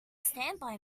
standby